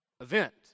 event